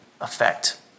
effect